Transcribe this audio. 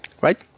right